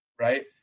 Right